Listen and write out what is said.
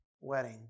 wedding